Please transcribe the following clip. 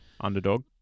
Underdog